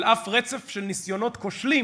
על אף רצף של ניסיונות כושלים